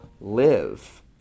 live